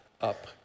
up